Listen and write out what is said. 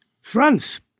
France